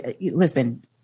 Listen